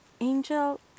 angel